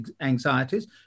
anxieties